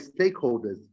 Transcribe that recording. stakeholders